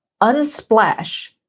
Unsplash